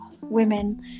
women